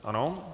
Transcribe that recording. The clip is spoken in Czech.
Ano.